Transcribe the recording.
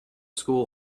school